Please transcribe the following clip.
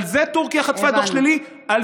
על זה טורקיה חטפה דוח שלילי.